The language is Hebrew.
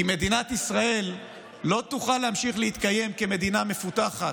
כי מדינת ישראל לא תוכל להמשיך להתקיים כמדינה מפותחת,